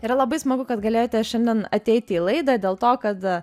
yra labai smagu kad galėjote šiandien ateiti į laidą dėl to kad